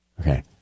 Okay